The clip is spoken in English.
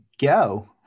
go